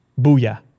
Booyah